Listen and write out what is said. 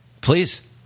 Please